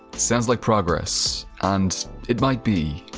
sounds like progress, and it might be.